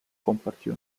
compartió